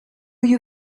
you